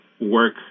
work